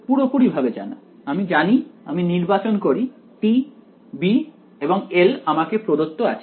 পুরোপুরি ভাবে জানা আমি জানি আমি নির্বাচন করি t b এবং L আমাকে প্রদত্ত আছে